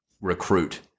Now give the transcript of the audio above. recruit